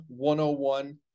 101